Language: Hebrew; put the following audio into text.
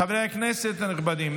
חברי הכנסת הנכבדים,